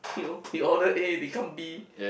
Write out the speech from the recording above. you you order A they come B